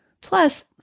Plus